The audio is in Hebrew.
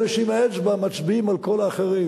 אלה שעם האצבע מצביעים על כל האחרים,